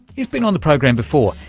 he's been on the program before.